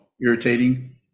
irritating